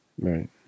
right